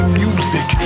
music